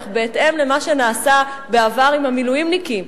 בהתאם למה שנעשה בעבר עם המילואימניקים,